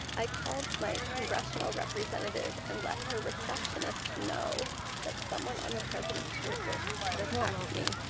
i caught my congressional representative and let her reception is no that someone on the president's shortlist had attacked me.